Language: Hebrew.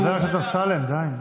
חבר הכנסת אמסלם, די.